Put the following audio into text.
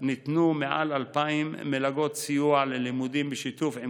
ניתנו מעל 2,000 מלגות סיוע ללימודים בשיתוף עם